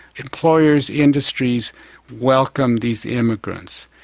employers, industries welcomed these immigrants.